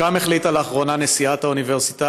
שם החליטה לאחרונה נשיאת האוניברסיטה